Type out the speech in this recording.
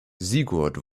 sigurd